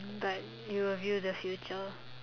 but you will view the future